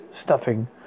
stuffing